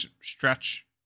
stretch